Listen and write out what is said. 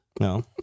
No